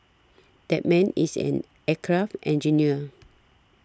that man is an aircraft engineer